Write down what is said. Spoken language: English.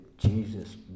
Jesus